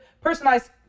personalized